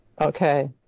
Okay